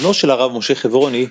בנו של הרב משה חברוני,